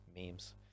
memes